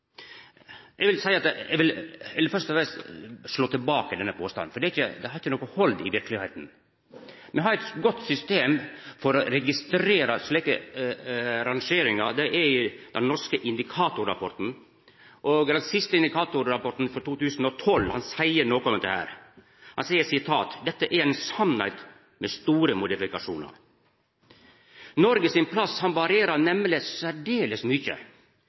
Eg vil først og fremst slå tilbake denne påstanden, for det har ikkje noko hald i verkelegheita. Me har eit godt system for å registrera slike rangeringar: Det er den norske indikatorrapporten. Den siste indikatorrapporten, for 2012, seier noko om dette. Han seier: «Det er en sannhet med store modifikasjoner.» Noregs plass varierer nemleg særdeles mykje.